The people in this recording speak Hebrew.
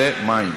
האחרון.